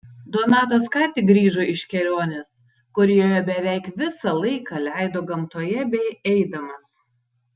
donatas ką tik grįžo iš kelionės kurioje beveik visą laiką leido gamtoje bei eidamas